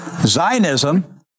Zionism